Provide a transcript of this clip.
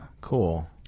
Cool